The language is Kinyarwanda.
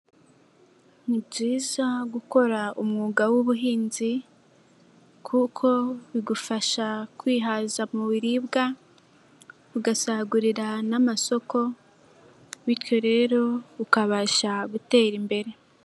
Ni byiza gukora umwuga w'ubuhinzi kuko bigufasha kwihaza mu biribwa, ugasagurira n'amasoko, bityo rero ukabasha gutera imbere.